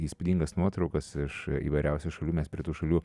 įspūdingas nuotraukas iš įvairiausių šalių mes prie tų šalių